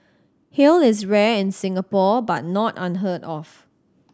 hail is rare in Singapore but not unheard of